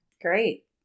Great